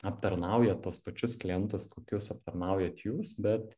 aptarnauja tuos pačius klientus kokius aptarnaujat jūs bet